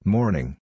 Morning